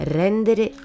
rendere